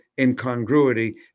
incongruity